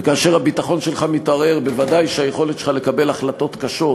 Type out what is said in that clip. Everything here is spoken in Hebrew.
וכאשר הביטחון שלך מתערער ודאי שהיכולת שלך לקבל החלטות קשות